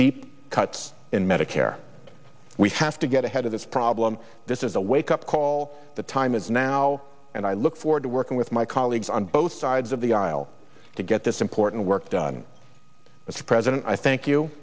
deep cuts in medicare we have to get ahead of this problem this is a wake up call the time is now and i look forward to working with my colleagues on both sides of the aisle to get this important work done with the president i thank you